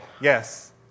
Yes